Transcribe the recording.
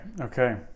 Okay